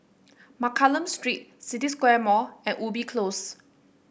Mccallum Street City Square Mall and Ubi Close